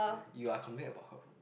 you are comment about her